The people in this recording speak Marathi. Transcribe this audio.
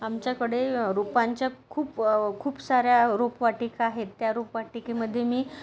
आमच्याकडे रोपांच्या खूप खूप साऱ्या रोपवाटिका आहेत त्या रोपवाटिकेमध्ये मी